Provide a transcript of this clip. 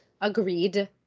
Agreed